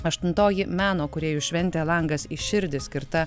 aštuntoji meno kūrėjų šventė langas į širdį skirta